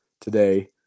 today